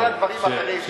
כל הדברים האחרים.